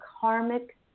karmic